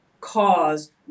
cause